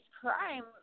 crime